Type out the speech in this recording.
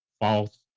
false